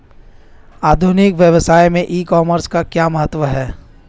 आधुनिक व्यवसाय में ई कॉमर्स का क्या महत्व है?